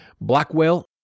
Blackwell